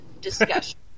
discussion